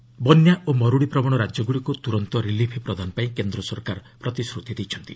Lok Sabha flood ବନ୍ୟା ଓ ମରୁଡ଼ିପ୍ରବଣ ରାଜ୍ୟଗୁଡ଼ିକୁ ତୁରନ୍ତ ରିଲିଫ୍ ପ୍ରଦାନ ପାଇଁ କେନ୍ଦ୍ର ସରକାର ପ୍ରତିଶ୍ରତି ଦେଇଛନ୍ତି